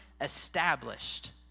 established